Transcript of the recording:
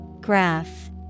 Graph